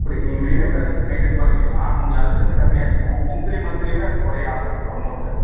அப்படி நீங்கள் minimum balance maintain பண்ணலீனா உங்களை அதுலேருந்து கம்மியாச்சுனால் மந்த்லி மந்த்லியுமே அது குறைய ஆரமிக்கும் அமௌண்ட்டு